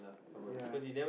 ya